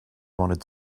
wanted